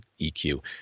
EQ